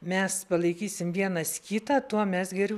mes palaikysim vienas kitą tuo mes geriau